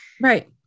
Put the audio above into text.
Right